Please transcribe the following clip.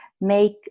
make